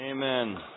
Amen